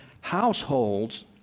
households